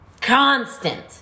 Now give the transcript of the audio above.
Constant